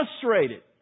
frustrated